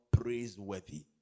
praiseworthy